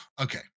okay